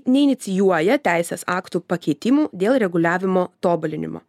neinicijuoja teisės aktų pakeitimų dėl reguliavimo tobulinimo